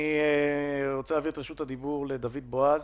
אני רוצה להעביר את רשות הדיבור לדוד בועז.